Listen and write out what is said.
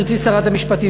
גברתי שרת המשפטים,